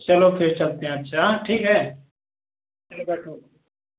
चलो फिर चलते हैं अच्छा हाँ ठीक है चलो बैठो